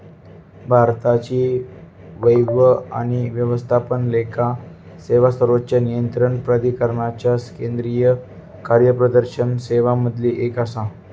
भारताची व्यय आणि व्यवस्थापन लेखा सेवा सर्वोच्च नियंत्रण प्राधिकरणाच्या केंद्रीय कार्यप्रदर्शन सेवांमधली एक आसा